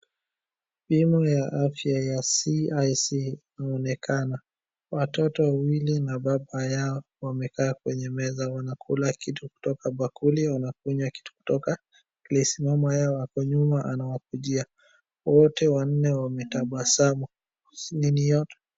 Bima ya afia ya CIC inaonekana. Watoto wawili na baba yao wamekaa kwenye meza wanakula kitu kutoka bakuli, wanakunywa kitu kutoka glesi. Mama naye ako nyuma anawakujia. Wote wanne wametabasamu.